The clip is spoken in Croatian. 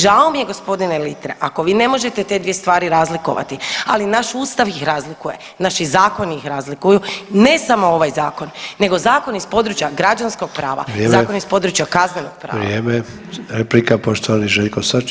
Žao mi je g. Litre ako vi ne možete te dvije stvari razlikovati, ali naš ustav ih razlikuje, naši zakoni ih razlikuju, ne samo ovaj zakon nego zakon iz područja građanskog prava, zakon iz područja kaznenog prava.